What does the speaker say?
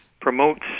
promotes